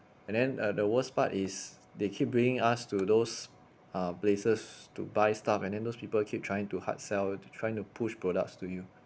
and then uh the worst part is they keep bringing us to those uh places to buy stuff and then those people keep trying to hard sell to trying to push products to you